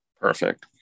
Perfect